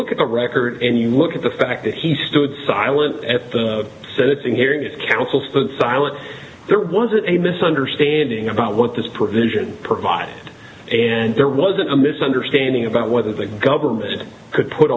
look at the record and you look at the fact that he stood silent at the sentencing hearing his counsel stood silent there was a misunderstanding about what this provision provide and there wasn't a misunderstanding about whether the government could put